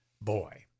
boy